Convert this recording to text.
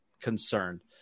concerned